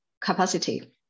capacity